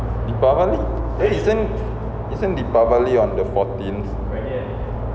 deepavali eh isn't deepavali on the fourteenth